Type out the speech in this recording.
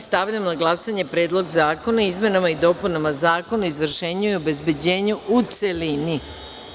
Stavljam na glasanje Predlog zakona o izmenama i dopunama Zakona o izvršenju i obezbeđenju, u celini.